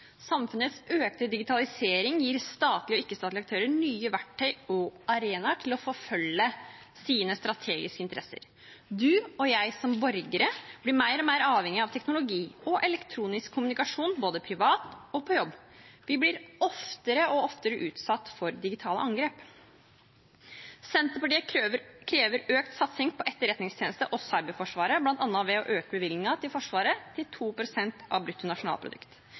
Samfunnets økte digitalisering gir statlige og ikke-statlige aktører nye verktøy og arenaer til å forfølge sine strategiske interesser. Du og jeg som borgere blir mer og mer avhengig av teknologi og elektronisk kommunikasjon både privat og på jobb. Vi blir oftere og oftere utsatt for digitale angrep. Senterpartiet krever økt satsing på Etterretningstjenesten og Cyberforsvaret, bl.a. ved å øke bevilgningen til Forsvaret til 2 pst. av brutto nasjonalprodukt.